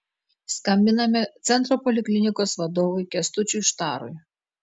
skambiname centro poliklinikos vadovui kęstučiui štarui